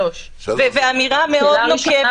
שלוש, ואמירה מאוד נוקבת.